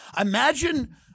Imagine